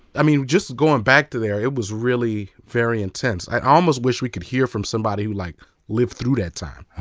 i mean, just going back to there, it was really very intense. i almost wish we could hear from somebody who like lived through that time.